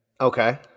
Okay